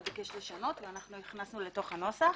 ביקש לשנות ואנחנו הכנסנו לתוך הנוסח.